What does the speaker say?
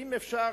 ואם אפשר,